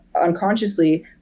unconsciously